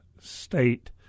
state